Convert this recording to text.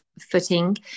footing